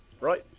Right